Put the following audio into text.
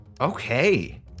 Okay